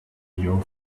your